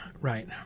right